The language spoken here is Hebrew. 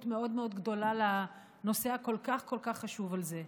מאוד מאוד גדולה לנושא הכל-כך חשוב הזה.